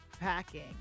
packing